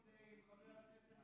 קרעי לדבר על חשבון